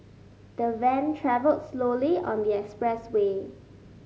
the van travelled slowly on the expressway